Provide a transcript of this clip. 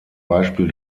beispiel